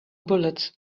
bullets